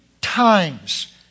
times